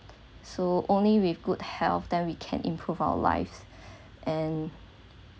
so only with good health then we can improve our lives and